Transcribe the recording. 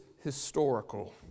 historical